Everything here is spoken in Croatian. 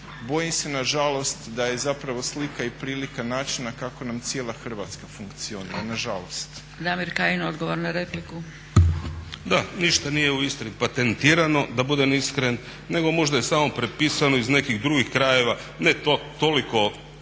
bojim se nažalost da je zapravo slika i prilika načina kako nam cijela Hrvatska funkcionira, nažalost. **Zgrebec, Dragica (SDP)** Damir Kajin, odgovor na repliku. **Kajin, Damir (ID - DI)** Da, ništa nije u Istri patentirano da budem iskren nego možda je samo prepisano iz nekih drugih krajeva, ne toliko